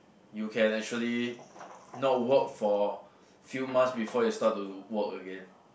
you can actually not work for few months before you start to work again